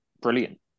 brilliant